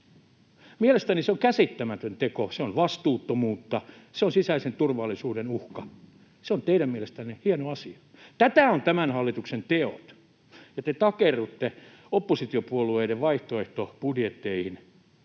Mielestäni se on käsittämätön teko, se on vastuuttomuutta, se on sisäisen turvallisuuden uhka. Se on teidän mielestänne hieno asia. Tätä ovat tämän hallituksen teot, ja te takerrutte oppositiopuolueiden vaihtoehtobudjetteihin